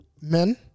Men